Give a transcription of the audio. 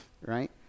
right